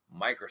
Microsoft